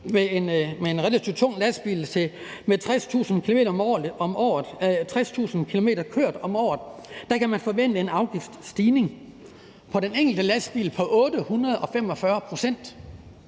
med en relativt tung lastbil og med 60.000 kørte kilometer om året forventes en afgiftsstigning på den enkelte lastbil på 845 pct.